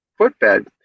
footbed